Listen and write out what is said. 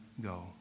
go